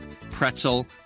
pretzel